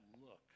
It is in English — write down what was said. look